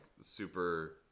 super